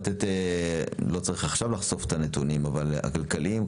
כמובן שלא צריך לחשוף עכשיו את הנתונים הכלכליים.